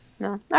No